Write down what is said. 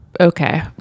okay